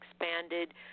expanded